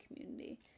community